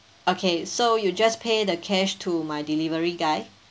okay so you just pay the cash to my delivery guy